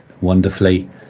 wonderfully